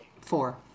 Four